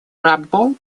работу